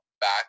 back